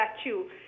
statue